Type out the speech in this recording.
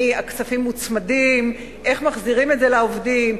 הכספים מוצמדים, איך מחזירים את זה לעובדים?